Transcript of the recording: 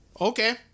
Okay